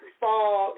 fall